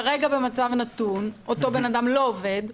כרגע במצב הנתון אותו בן אדם לא עובד,